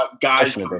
guys